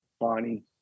Bonnie